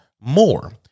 more